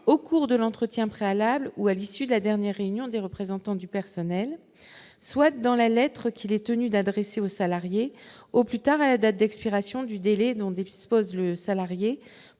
au cours de l'entretien préalable ou à l'issue de la dernière réunion des représentants du personnel, soit dans la lettre qu'il est tenu d'adresser aux salariés, au plus tard à la date d'expiration du délai non des pose le salarié